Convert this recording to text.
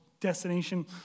destination